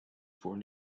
born